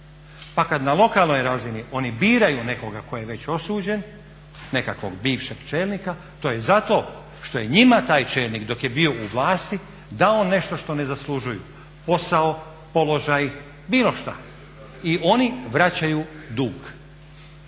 Pa kad na lokalnoj razini oni biraju nekoga tko je već osuđen, nekakvog bivšeg čelnika, to je zato što je njima taj čelnik dok je bio u vlasti dao nešto što ne zaslužuju: posao, položaj, bilo šta i oni vraćaju dug